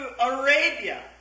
Arabia